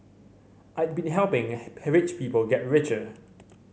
I'd been helping rich people get richer